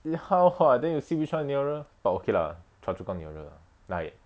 ya [what] then you see which [one] nearer but okay lah choa chu kang nearer like